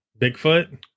Bigfoot